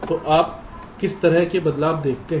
तो आप किस तरह के बदलाव देखते हैं